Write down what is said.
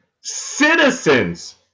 citizens